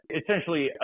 essentially